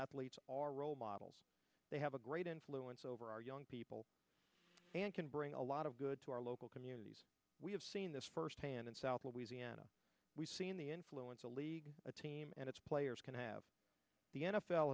athletes are role models they have a great influence over our young people and can bring a lot of good to our local communities we have seen this firsthand in south louisiana we've seen the influence a league a team and its players can have the n